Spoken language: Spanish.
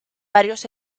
varios